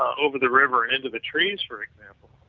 ah over the river, end of the trees for example,